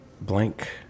blank